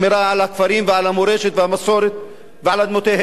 על הכפרים ועל המורשת והמסורת ועל אדמותיהם.